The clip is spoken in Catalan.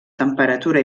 temperatura